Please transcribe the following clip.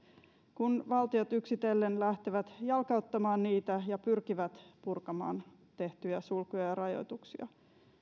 kun valtiot yksitellen lähtevät jalkauttamaan niitä ja pyrkivät purkamaan tehtyjä sulkuja ja rajoituksia